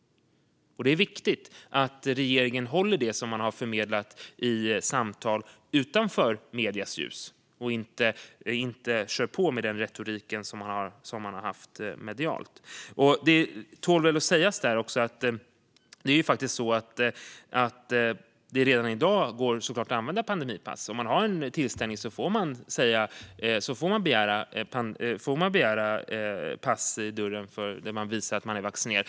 Det är viktigt att regeringen håller sig till det som man har förmedlat i samtal utanför mediernas ljus och inte kör på med den retorik som man har haft medialt. Här tål väl också att sägas att det går att använda pandemipass redan i dag. Den som har en tillställning får begära pass i dörren som visar att man är vaccinerad.